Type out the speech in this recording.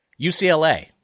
UCLA